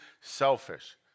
selfish